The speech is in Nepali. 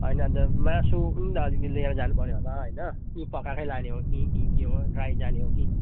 होइन ज मासु नि त अलिकति लिएर जानु पर्यो होला होइन कि पकाएकै लाने हो कि कि के हो ड्राई जाने हो कि